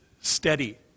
steady